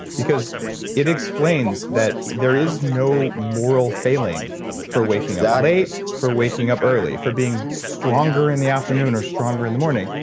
because it explains that there is no moral failing for waking up late exactly for waking up early. for being stronger in the afternoon or stronger in the morning.